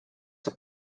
saab